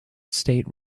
state